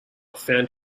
found